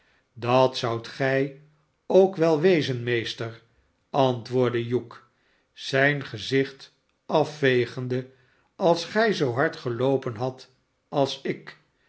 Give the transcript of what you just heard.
dat zoudt gij ook wel wezen meester antwoordde hugh zip gezicht afvegende als gij zoo hard geloopen hadt als ik